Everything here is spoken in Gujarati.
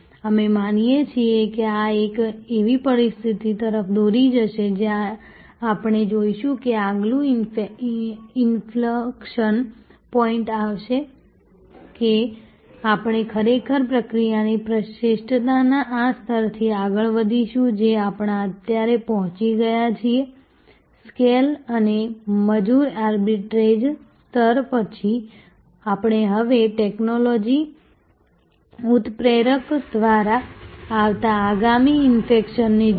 અમે માનીએ છીએ કે આ એક એવી પરિસ્થિતિ તરફ દોરી જશે જ્યાં આપણે જોઈશું કે આગલું ઇન્ફ્લક્શન પૉઇન્ટ આવશે કે આપણે ખરેખર પ્રક્રિયાની શ્રેષ્ઠતાના આ સ્તરથી આગળ વધીશું જે આપણે અત્યારે પહોંચી ગયા છીએ સ્કેલ અને મજૂર આર્બિટ્રેજ સ્તર પછી આપણે હવે ટેક્નોલોજી ઉત્પ્રેરક દ્વારા આવતા આગામી ઈન્ફ્લેક્શનને જુઓ